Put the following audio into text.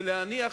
ולהניח